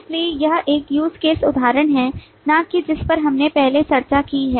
इसलिए यह एक use case उदाहरण है न कि जिस पर हमने पहले चर्चा की है